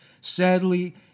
Sadly